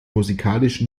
musikalisch